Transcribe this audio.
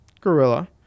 gorilla